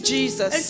Jesus